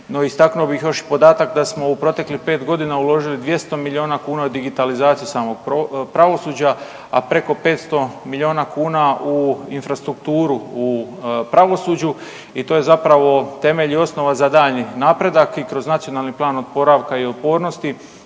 istaknuo bih još i podatak da smo u proteklih 5 godina uložili 200 milijuna kuna u digitalizaciju samog pravosuđa, a preko 500 milijuna kuna u infrastrukturu u pravosuđu i to je zapravo temelj i osnova za daljnji napredak i kroz Nacionalni plan oporavka i otpornosti